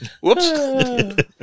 Whoops